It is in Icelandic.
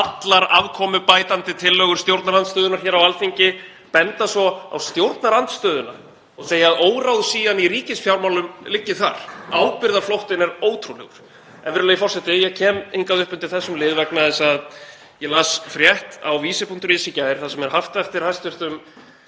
allar afkomubætandi tillögur stjórnarandstöðunnar á Alþingi, benda svo á stjórnarandstöðuna og segja að óráðsían í ríkisfjármálum liggi þar. Ábyrgðarflóttinn er ótrúlegur. En, virðulegi forseti, ég kem hingað upp undir þessum lið vegna þess að ég las frétt á visir.is í gær þar sem er haft eftir hæstv.